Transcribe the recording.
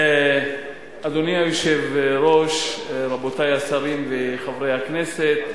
אדוני היושב-ראש, רבותי השרים וחברי הכנסת,